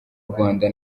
rwanda